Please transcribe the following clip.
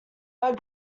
but